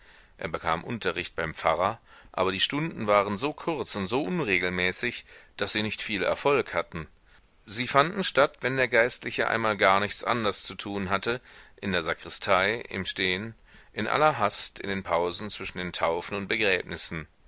er bekam unterricht beim pfarrer aber die stunden waren so kurz und so unregelmäßig daß sie nicht viel erfolg hatten sie fanden statt wenn der geistliche einmal gar nichts anders zu tun hatte in der sakristei im stehen in aller hast in den pausen zwischen den taufen und begräbnissen